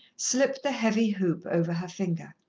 slipped the heavy hoop over her finger.